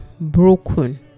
broken